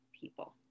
people